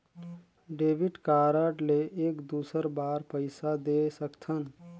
Debit card ले एक दुसर बार पइसा दे सकथन?